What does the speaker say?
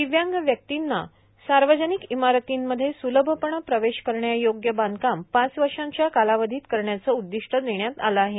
दिव्यांग व्यक्तिंना सार्वजनिक इमारतींमध्ये सलभपणं प्रवेश करण्यायोग्य बांधकाम पाच वर्षाच्या कालावधीत करण्याचं उद्दिष्ट देण्यात आलं आहे